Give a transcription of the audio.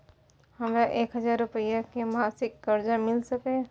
हमरा एक हजार रुपया के मासिक कर्जा मिल सकैये?